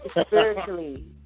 spiritually